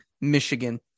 Michigan